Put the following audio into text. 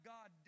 God